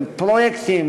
עם פרויקטים,